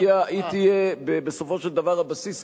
היא תהיה בסופו של דבר הבסיס,